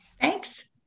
Thanks